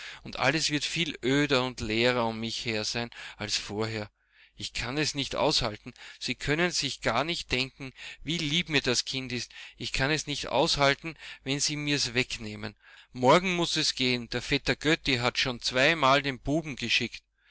und alles wird viel öder und leerer um mich her sein als vorher ich kann es nicht aushalten sie können sich gar nicht denken wie lieb mir das kind ist ich kann es nicht aushalten wenn sie mir's wegnehmen morgen muß es gehen der vetter götti hat schon zweimal den buben geschickt